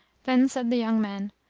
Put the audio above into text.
then said the young men,